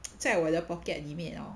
在我的 pocket 里面 loh